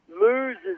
loses